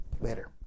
Later